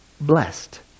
blessed